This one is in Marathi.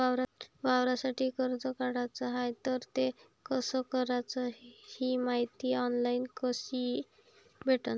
वावरासाठी कर्ज काढाचं हाय तर ते कस कराच ही मायती ऑनलाईन कसी भेटन?